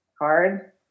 hard